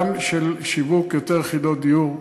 גם של שיווק יותר יחידות דיור,